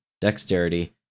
dexterity